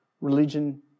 Religion